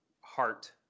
heart